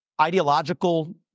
ideological